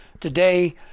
today